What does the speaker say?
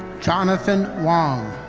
jonathan wong.